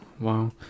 wow